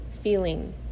feeling